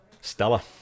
Stella